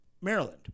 Maryland